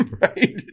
right